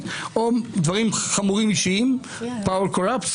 או דברים חמורים אישיים power corrupts,